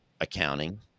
accounting